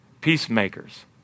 Peacemakers